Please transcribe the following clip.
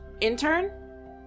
Intern